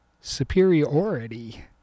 Superiority